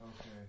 Okay